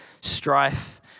strife